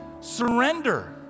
Surrender